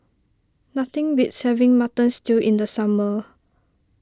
nothing beats having Mutton Stew in the summer